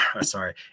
Sorry